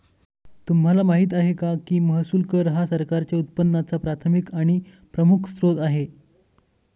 तुम्हाला माहिती आहे का की महसूल कर हा सरकारच्या उत्पन्नाचा प्राथमिक आणि प्रमुख स्त्रोत आहे